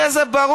הרי זה ברור.